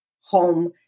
home